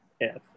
Yes